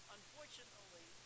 Unfortunately